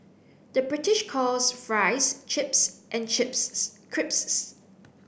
the British calls fries chips and chips crisps